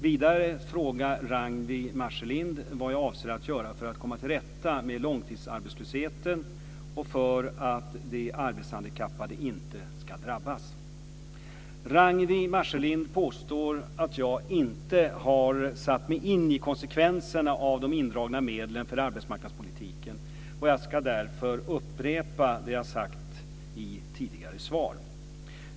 Vidare frågar Ragnwi Marcelind vad jag avser att göra för att komma till rätta med långtidsarbetslösheten och för att de arbetshandikappade inte ska drabbas. Ragnwi Marcelind påstår att jag inte har satt mig in i konsekvenserna av de indragna medlen för arbetsmarknadspolitiken. Jag ska därför upprepa det jag sagt i tidigare svar.